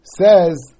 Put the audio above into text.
says